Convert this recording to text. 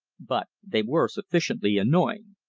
but they were sufficiently annoying.